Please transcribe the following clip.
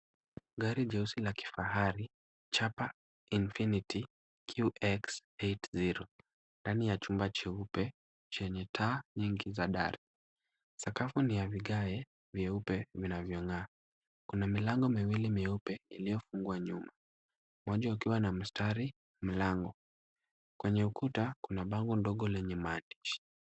Gari jeusi la kifahari, Chapa Infinity QX80 ndani ya chumba cheupe chenye taa nyingi za dari. Sakafu ni ya vigae vyeupe vinavyong'aa. Kuna milango miwili mieupe iliyofungwa nyuma moja ukiwa na mstari mlango. Kwenye ukuta kuna bango ndogo lenye maandishi.